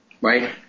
right